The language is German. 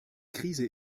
krise